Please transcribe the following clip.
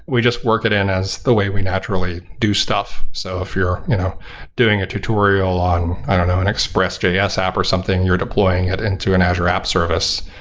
just work it in as the way we naturally do stuff. so if you're you know doing a tutorial on i don't know, an express js app or something, you're deploying it into an azure app service,